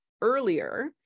earlier